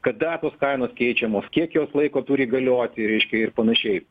kada tos kainos keičiamos kiek jos laiko turi galioti reiškia ir panašiai